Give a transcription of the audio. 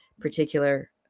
particular